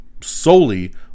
solely